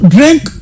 Drink